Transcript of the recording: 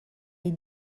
est